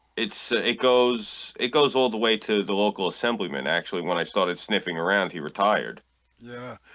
it's ah it goes it goes all the way to the local assemblyman actually when i started sniffing around he retired yeah